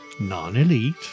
non-elite